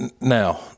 now